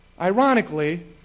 Ironically